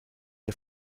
der